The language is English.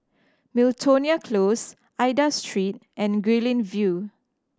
Miltonia Close Aida Street and Guilin View